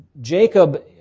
Jacob